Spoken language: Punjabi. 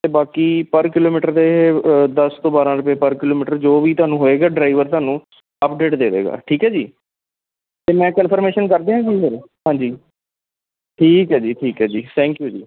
ਅਤੇ ਬਾਕੀ ਪਰ ਕਿਲੋਮੀਟਰ ਦੇ ਦਸ ਤੋਂ ਬਾਰਾਂ ਰੁਪਏ ਪਰ ਕਿਲੋਮੀਟਰ ਜੋ ਵੀ ਤੁਹਾਨੂੰ ਹੋਏਗਾ ਡਰਾਈਵਰ ਤੁਹਾਨੂੰ ਅਪਡੇਟ ਦੇਵੇਗਾ ਠੀਕ ਹੈ ਜੀ ਅਤੇ ਮੈਂ ਕਨਫਰਮੇਸ਼ਨ ਕਰਦਿਆਂ ਜੀ ਫਿਰ ਹਾਂਜੀ ਠੀਕ ਹੈ ਜੀ ਠੀਕ ਹੈ ਜੀ ਥੈਂਕ ਯੂ ਜੀ